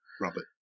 Robert